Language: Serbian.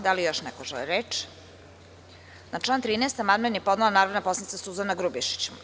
Da li još neko želi reč? (Ne) Na član 13. amandman je podnela narodna poslanica Suzana Grubješić.